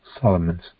Solomon's